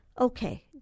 okay